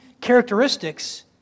characteristics